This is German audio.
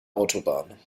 autobahn